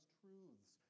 truths